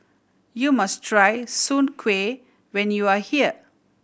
you must try soon kway when you are here